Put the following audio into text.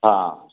हँ